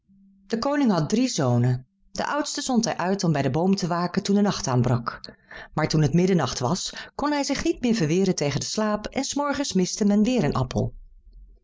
de koning had drie zonen den oudsten zond hij uit om bij den boom te waken toen den nacht aanbrak maar toen het middernacht was kon hij zich niet meer verweeren tegen den slaap en s morgens miste men weêr een appel